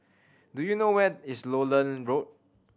do you know where is Lowland Road